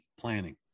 planning